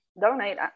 donate